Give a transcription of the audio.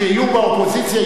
כשיהיו באופוזיציה,